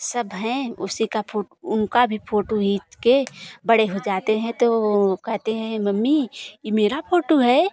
सब हैं उसी का फो उनका भी फोटो खींच के बड़े हो जाते हैं तो कहते हैं मम्मी यह मेरी फोटो है